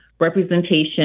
representation